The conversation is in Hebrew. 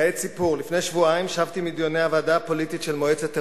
כעת סיפור: לפני שבועיים שבתי מדיוני הוועדה הפוליטית של מועצת אירופה.